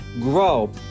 grow